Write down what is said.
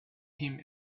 him